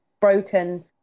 broken